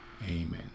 amen